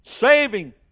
Saving